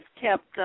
kept